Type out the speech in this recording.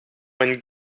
when